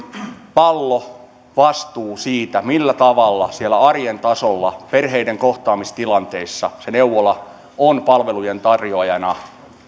vastuu siitä millä tavalla siellä arjen tasolla perheiden kohtaamistilanteissa neuvola on palvelujen tarjoajana